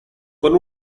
con